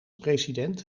president